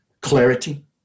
Clarity